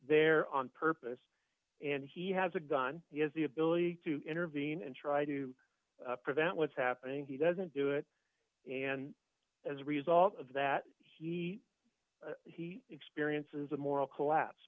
there on purpose and he has a gun he has the ability to intervene and try to prevent what's happening he doesn't do it and as a result of that he he experiences a moral collapse